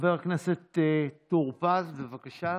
חבר הכנסת טור פז, בבקשה.